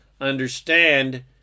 understand